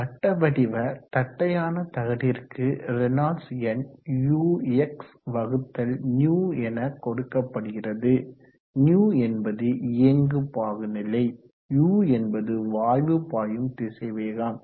வட்ட வடிவ தட்டையான தகடிற்கு ரேனால்ட்ஸ் எண் uXυ எனக்கொடுக்கப்படுகிறது நியு என்பது இயங்கு பாகுநிலை u என்பது வாயு பாயும் திசைவேகம்